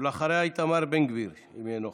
אחריה, איתמר בן גביר, אם יהיה נוכח.